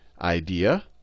idea